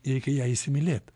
reikia ją įsimylėt